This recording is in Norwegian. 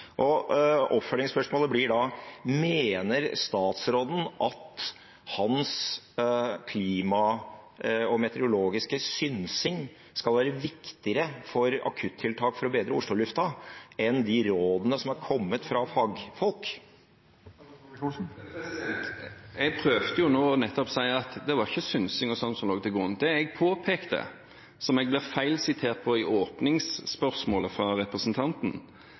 Oppfølgingsspørsmålet blir da: Mener statsråden at hans klimasynsing og meteorologiske synsing skal være viktigere for akuttiltak for å bedre Oslo-lufta, enn de rådene som har kommet fra fagfolk? Jeg prøvde jo nå nettopp å si at det var ikke synsing og slikt som lå til grunn. Det jeg påpekte, som jeg ble feilsitert på i åpningsspørsmålet fra representanten,